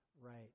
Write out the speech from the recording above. right